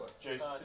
Jason